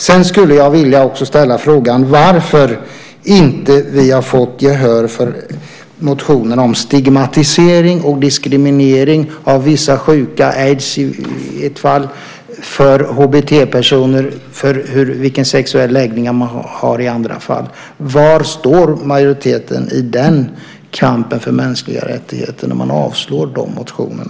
Jag skulle också vilja fråga varför vi inte har fått gehör för motionen om stigmatisering och diskriminering av vissa sjuka, aids i ett fall, av HBT-personer och på grund av sexuell läggning. Var står majoriteten i den kampen för mänskliga rättigheter när man avstyrker den motionen?